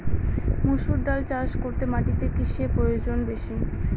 মুসুর ডাল চাষ করতে মাটিতে কিসে প্রয়োজন বেশী?